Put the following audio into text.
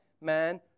man